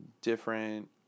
different